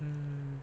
mm